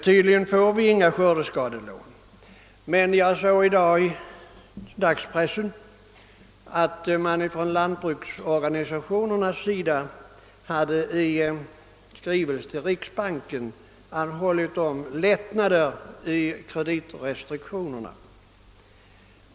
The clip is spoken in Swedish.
Tydligen får vi inga skördeskadelån, men jag såg i dag i dagspressen att man från lantbruksorganisationernas sida i skrivelse till riksbanken hade anhållit om lättnader i kreditrestriktionerna.